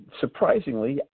surprisingly